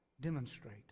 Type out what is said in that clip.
demonstrate